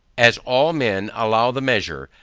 as all men allow the measure,